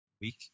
week